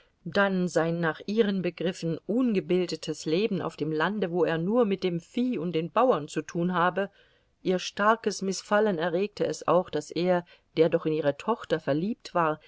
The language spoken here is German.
dann sein nach ihren begriffen ungebildetes leben auf dem lande wo er nur mit dem vieh und den bauern zu tun habe ihr starkes mißfallen erregte es auch daß er der doch in ihre tochter verliebt war